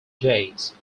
jays